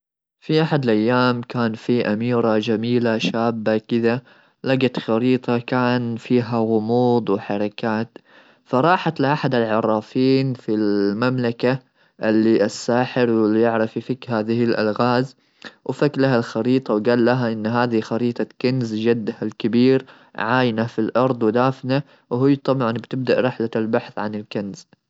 عثرت الاميره على خريطه غامضه وظلت تتبع ما كان اللي مكتوب على هذه الخريطه وقادتها الاماكن مختلفه ,ودخلت في منطقه الغابه ,وصلت الين لا جت بيت كبير وفي ناس وخدم ,واكتشفت ان قصر الامير وشافها الامير وهو واقف في الشرفه وحبها وتزوجها.